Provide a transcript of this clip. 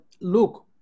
look